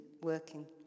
working